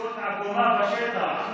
אגורה ורבע.